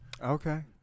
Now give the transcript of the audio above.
Okay